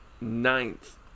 ninth